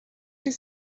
шиг